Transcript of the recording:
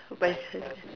go buy